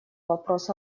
вопрос